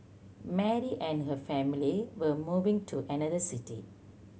Mary and her family were moving to another city